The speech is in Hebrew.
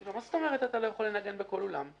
שאלתי אותו: "מה זאת אומרת שאתה לא יכול לנגן בכל אולם?"